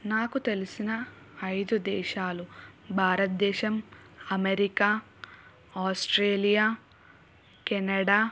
నాకు తెలిసిన ఐదు దేశాలు భారతదేశం అమెరికా ఆస్ట్రేలియా కెనడా